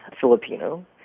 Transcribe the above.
Filipino